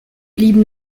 blieben